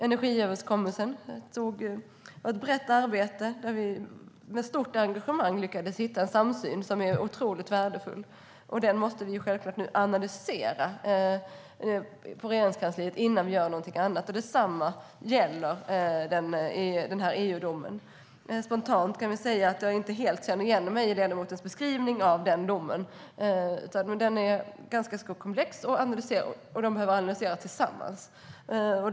Energiöverenskommelsen var ett brett arbete där vi med stort engagemang lyckades hitta en samsyn som är otroligt värdefull, och den måste vi självklart nu analysera på Regeringskansliet innan vi gör något annat. Detsamma gäller EU-domen. Spontant kan jag väl säga att jag inte helt känner igen mig i ledamotens beskrivning av den domen. Den är ganska stor och komplex och detta behöver analyseras tillsammans.